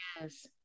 Yes